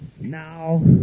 Now